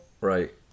Right